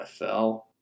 NFL